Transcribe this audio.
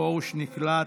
פרוש, נקלט.